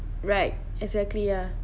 right exactly ya